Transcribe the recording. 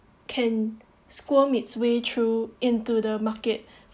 can squirm its way through into the market